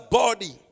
body